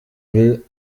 will